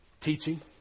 Teaching